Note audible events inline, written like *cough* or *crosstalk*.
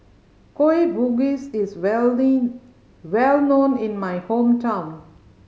Kueh Bugis is *unintelligible* well known in my hometown